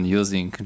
using